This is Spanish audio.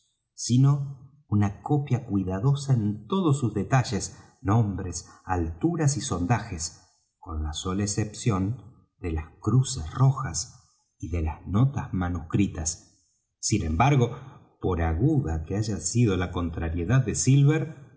sino una copia cuidadosa en todos sus detalles nombres alturas y sondajes con la sola excepción de las cruces rojas y de las notas manuscritas sin embargo por aguda que haya sido la contrariedad de silver